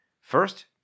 First